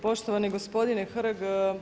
Poštovani gospodine Hrg.